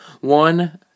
One